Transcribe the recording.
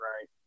right